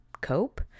cope